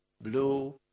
blue